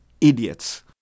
idiots